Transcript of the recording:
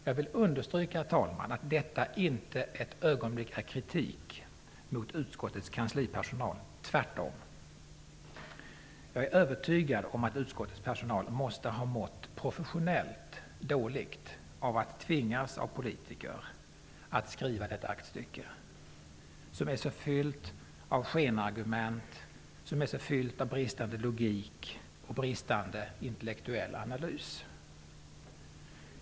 Jag vill understryka, herr talman, att detta inte ett ögonblick är någon kritik mot utskottets kanslipersonal. Tvärtom. Jag är övertygad om att utskottets personal måste ha mått professionellt dåligt av att tvingas av politiker att skriva detta aktstycke, som är så fyllt av skenargument, som är så fyllt av bristande logik och bristande intellektuell analys.